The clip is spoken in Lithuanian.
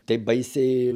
taip baisiai